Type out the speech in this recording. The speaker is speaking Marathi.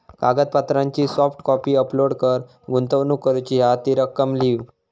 कागदपत्रांची सॉफ्ट कॉपी अपलोड कर, गुंतवणूक करूची हा ती रक्कम लिव्ह